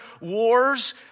wars